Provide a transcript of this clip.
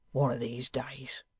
one of these days.